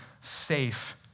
safe